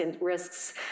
risks